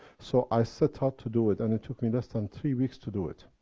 so i set out to do it, and it took me less than three weeks to do it.